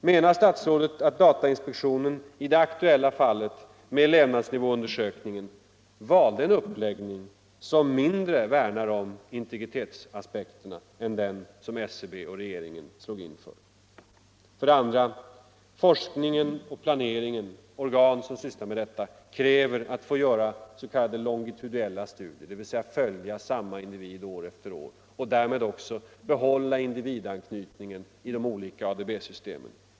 Menar statsrådet att datainspektionen i det aktuella fallet med lev Om ADB-registre nadsnivåundersökningen valde en uppläggning som mindre värnar in — rade personuppgif tegritetsaspekterna än den som SCB och regeringen gick in för? ter 2. Organ som sysslar med forskning och planering kräver att få göra s.k. longitudinella studier, dvs. följa samma individ år efter år och där med också behålla individanknytningen i de olika ADB-systemen.